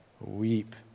Weep